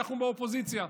אנחנו באופוזיציה.